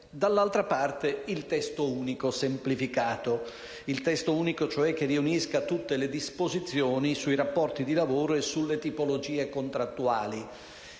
Dall'altra parte, vi è il testo unico semplificato, ossia quello che dovrebbe riunire tutte le disposizioni sui rapporti di lavoro e sulle tipologie contrattuali.